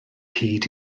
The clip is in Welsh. hyd